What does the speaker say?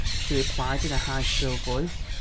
she replied in a high, shrill voice.